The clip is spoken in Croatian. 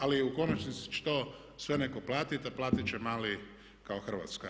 Ali u konačnici će to sve netko platiti, a platit će mali kao Hrvatska.